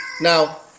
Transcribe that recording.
Now